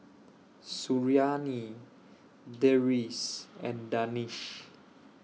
Suriani Deris and Danish